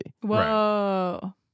Whoa